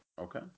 Okay